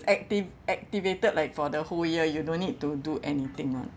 active activated like for the whole year you don't need to do anything [one]